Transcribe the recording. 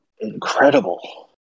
incredible